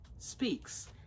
speaks